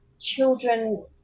children